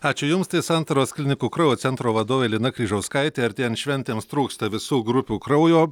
ačiū jums tai santaros klinikų kraujo centro vadovė lina kryžauskaitė artėjant šventėms trūksta visų grupių kraujo